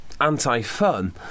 anti-fun